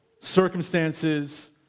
circumstances